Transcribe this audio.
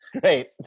Great